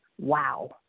Wow